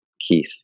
Keith